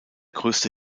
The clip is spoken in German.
größte